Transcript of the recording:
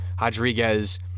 Rodriguez